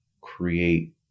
create